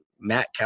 Matt